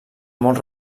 molt